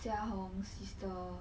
jia hong sister